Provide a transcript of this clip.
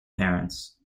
parents